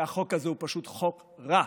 כי החוק הזה הוא פשוט חוק רע.